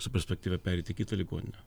su perspektyva pereit į kitą ligoninę